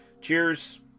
Cheers